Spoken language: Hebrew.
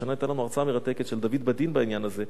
השנה היתה לנו הרצאה מרתקת של דוד בדין בעניין הזה,